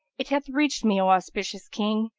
it hath reached me, o auspicious king,